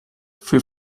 für